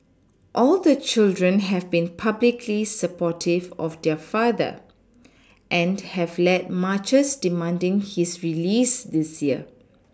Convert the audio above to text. all the children have been publicly supportive of their father and have led marches demanding his release this year